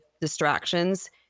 distractions